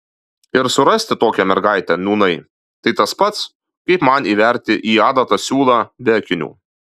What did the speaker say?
ir surasti tokią mergaitę nūnai tai tas pats kaip man įverti į adatą siūlą be akinių